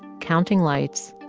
counting lights,